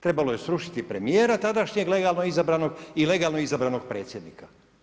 Trebalo je srušiti premijera tadašnjeg legalno izabranog i legalno izabranog predsjednika.